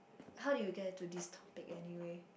how do you get to this topic anyway